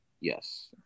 Yes